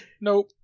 Nope